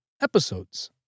episodes